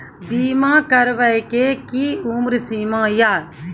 बीमा करबे के कि उम्र सीमा या?